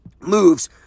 moves